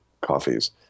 coffees